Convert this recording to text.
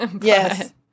Yes